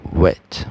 wet